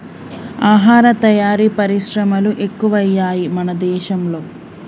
ఆహార తయారీ పరిశ్రమలు ఎక్కువయ్యాయి మన దేశం లో